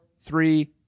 three